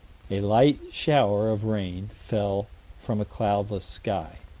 a light shower of rain fell from a cloudless sky.